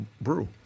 brew